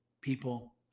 people